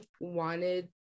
wanted